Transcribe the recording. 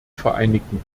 vereinigten